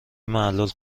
معلول